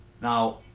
Now